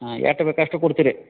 ಹಾಂ ಎಷ್ಟ್ ಬೇಕು ಅಷ್ಟು ಕೊಡ್ತೀರಿ